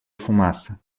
fumaça